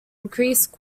increased